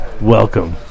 Welcome